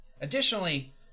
Additionally